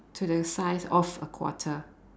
to the size of a quarter